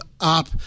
up